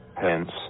Hence